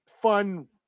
fun